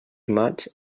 maigs